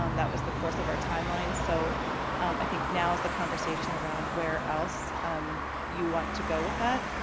um that was the course of our timeline, so i think now is the conversation around where else um you want to go with that.